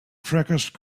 prakash